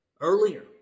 Earlier